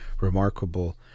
remarkable